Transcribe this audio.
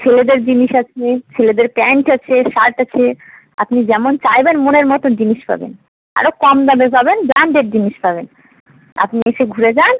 ছেলেদের জিনিস আছে ছেলেদের প্যান্ট আছে শার্ট আছে আপনি যেমন চাইবেন মনের মতো জিনিস পাবেন আরও কম দামে পাবেন ব্র্যাণ্ডেড জিনিস পাবেন আপনি এসে ঘুরে যান